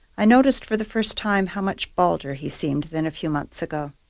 i noticed for the first time how much balder he seemed than a few months ago.